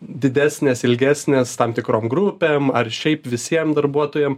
didesnės ilgesnės tam tikrom grupėm ar šiaip visiem darbuotojam